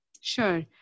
Sure